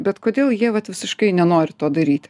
bet kodėl jie vat visiškai nenori to daryti